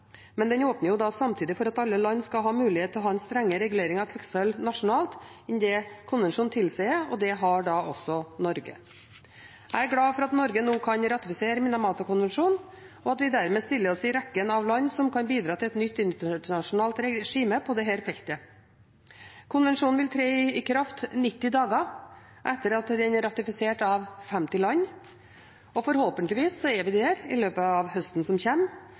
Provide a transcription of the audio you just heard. men den åpner samtidig for at alle land skal ha mulighet til å ha en strengere regulering av kvikksølv nasjonalt enn det konvensjonen tilsier, og det har da også Norge. Jeg er glad for at Norge nå kan ratifisere Minamata-konvensjonen, og at vi dermed stiller oss i rekken av land som kan bidra til et nytt internasjonalt regime på dette feltet. Konvensjonen vil tre i kraft 90 dager etter at den er ratifisert av 50 land, og forhåpentligvis er vi der i løpet av høsten som